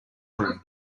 room